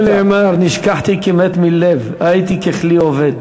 על זה נאמר: נשכחתי כמת מלב, הייתי ככלי אובד.